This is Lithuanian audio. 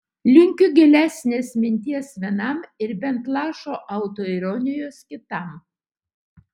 linkiu gilesnės minties vienam ir bent lašo autoironijos kitam